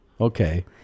okay